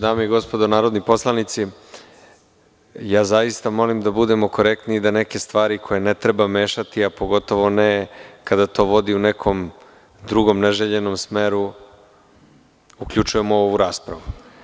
Dame i gospodo narodni poslanici, zaista molim da budemo korektni i da neke stvari koje ne treba mešati, a pogotovo ne kada to vodi u neki drugi neželjeni smer, uključujemo u ovu raspravu.